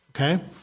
Okay